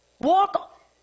walk